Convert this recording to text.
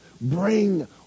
bring